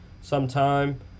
sometime